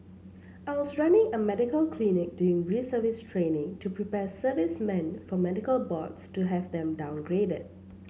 I was running a medical clinic during reservist training to prepare servicemen for medical boards to have them downgraded